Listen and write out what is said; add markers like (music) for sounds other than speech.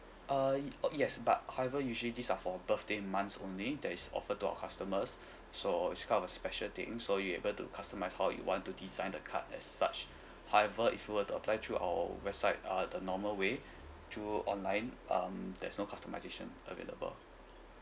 uh oh yes but however usually these are for birthday months only that is offered to our customers (breath) so it's kind of a special thing so you're able to customise how you want to design the card at such however if you will to apply through our website uh the normal way through online um there's no customisation available